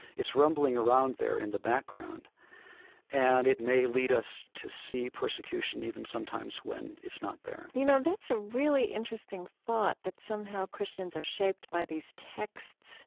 it's rumbling around there in the background and it may lead us to see persecution even sometimes when it's not there you know, that's a really interesting thought, that somehow christians are shaped by these texts